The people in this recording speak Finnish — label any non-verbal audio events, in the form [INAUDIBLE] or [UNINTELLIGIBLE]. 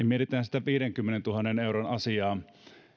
[UNINTELLIGIBLE] mietitään sitä viidenkymmenentuhannen euron asiaa